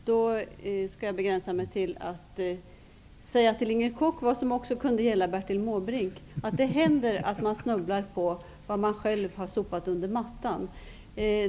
Herr talman! Då skall jag begränsa mig till att säga till Inger Koch vad som också kunde gälla Bertil Måbrink: Det händer att man snubblar på vad man själv har sopat under mattan.